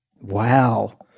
wow